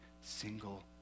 single